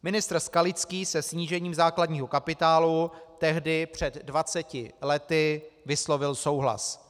Ministr Skalický se snížením základního kapitálu tehdy před 20 lety vyslovil souhlas.